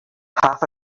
half